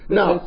Now